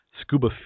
scuba